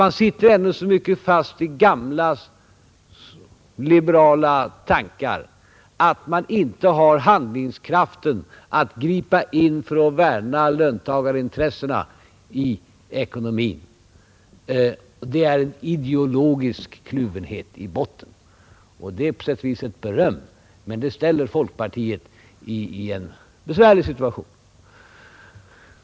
Man sitter ändå så fast i gamla liberala tankar, att man inte har handlingskraften att gripa in för att värna löntagarintressena i ekonomin. Det är en ideologisk kluvenhet i botten. Och det är på sätt och vis ett beröm, men det ställer folkpartiet i en besvärlig situation.